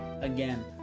Again